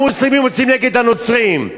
המוסלמים יוצאים נגד הנוצרים.